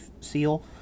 seal